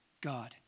God